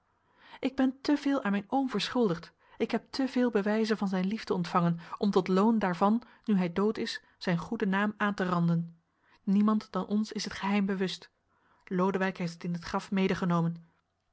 ik ben te veel aan mijn oom verschuldigd ik heb te veel bewijzen van zijn liefde ontvangen om tot loon daarvan nu hij dood is zijn goeden naam aan te randen niemand dan ons is het geheim bewust lodewijk heeft het in het graf